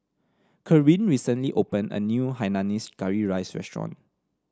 Karin recently opened a new Hainanese Curry Rice restaurant